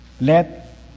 Let